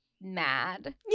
Mad